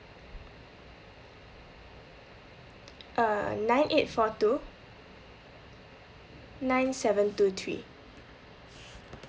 uh nine eight four two nine seven two three